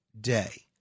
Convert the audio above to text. Day